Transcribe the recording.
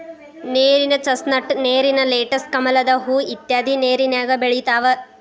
ನೇರಿನ ಚಸ್ನಟ್, ನೇರಿನ ಲೆಟಸ್, ಕಮಲದ ಹೂ ಇತ್ಯಾದಿ ನೇರಿನ್ಯಾಗ ಬೆಳಿತಾವ